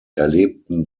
erlebten